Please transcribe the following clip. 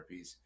therapies